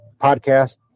podcast